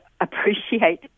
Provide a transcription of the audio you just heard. appreciate